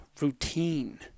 routine